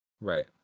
Right